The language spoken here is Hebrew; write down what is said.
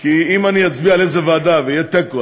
כי אם אני אצביע על איזו ועדה ויהיה תיקו,